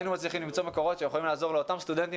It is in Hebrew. היינו מצליחים למצוא מקורות שיכולים לעזור לאותם סטודנטים